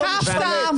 לא הצבעת.